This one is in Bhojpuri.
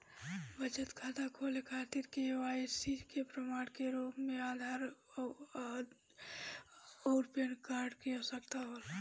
बचत खाता खोले खातिर के.वाइ.सी के प्रमाण के रूप में आधार आउर पैन कार्ड की आवश्यकता होला